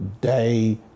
day